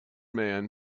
man